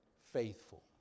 Faithful